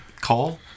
call